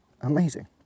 amazing